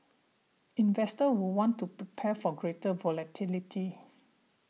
investors will want to prepare for greater volatility